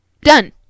Done